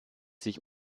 sich